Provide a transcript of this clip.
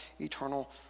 eternal